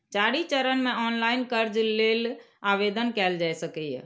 चारि चरण मे ऑनलाइन कर्ज लेल आवेदन कैल जा सकैए